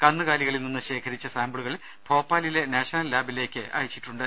കന്നുകാലികളിൽ നിന്ന് ശേഖരിച്ച സാമ്പിളുകൾ ഭോപ്പാലിലെ നാഷണൽ ലാബിലേക്ക് അയച്ചിട്ടുണ്ട്